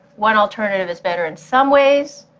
one alternative is better in some ways,